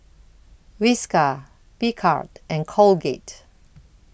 Whiskas Picard and Colgate